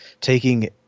taking